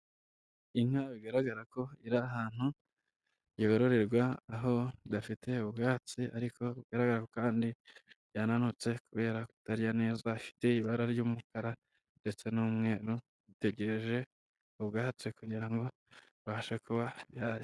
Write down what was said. Inka bigaragara ko iri ahantu yororerwa, aho idafite ubwatsi ariko bigaragara ko kandi yananutse kubera kutarya neza, ifite ibara ry'umukara ndetse n'umweru itegereje ubwatsi kugira ngo abashe kuba yarya.